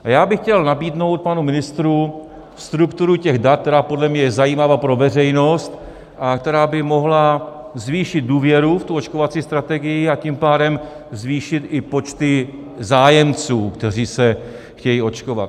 A já bych chtěl nabídnout panu ministrovi strukturu těch dat, která podle mě je zajímavá pro veřejnost a která by mohla zvýšit důvěru v očkovací strategii, a tím pádem zvýšit i počty zájemců, kteří se chtějí očkovat.